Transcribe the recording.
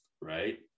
right